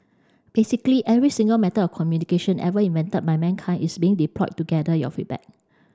basically every single method of communication ever invented by mankind is being deployed to gather your feedback